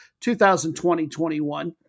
2020-21